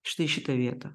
štai šitą vietą